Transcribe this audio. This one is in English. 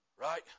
right